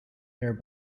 air